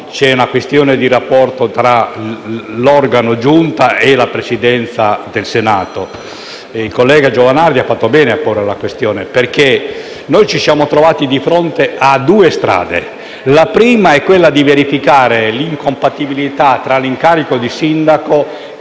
C'è una questione di rapporto tra l'organo Giunta e la Presidenza del Senato. Il collega Giovanardi ha fatto bene a porre la questione, perché noi ci siamo trovati di fronte a due strade. La prima è quella di verificare l'incompatibilità fra l'incarico di sindaco